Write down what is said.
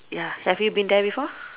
ya have you been there before